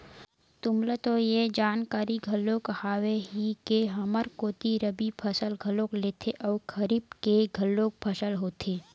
तुमला तो ये जानकारी घलोक हावे ही के हमर कोती रबि फसल घलोक लेथे अउ खरीफ के घलोक फसल होथे